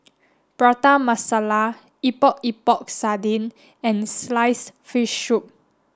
Prata Masala Epok Epok Sardin and sliced fish soup